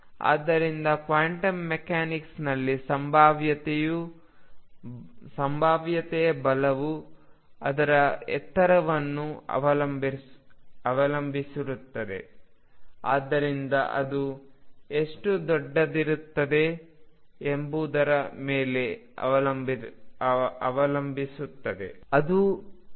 ಆದ್ದರಿಂದ ಕ್ವಾಂಟಮ್ ಮೆಕ್ಯಾನಿಕ್ಸ್ನಲ್ಲಿ ಸಂಭಾವ್ಯತೆಯ ಬಲವು ಅದರ ಎತ್ತರವನ್ನು ಅವಲಂಬಿಸಿರುತ್ತದೆ ಆದರೆ ಅದು ಎಷ್ಟು ದೂರದಲ್ಲಿದೆ ಎಂಬುದರ ಮೇಲೆ ಅವಲಂಬಿತವಾಗಿರುತ್ತದೆ